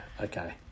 Okay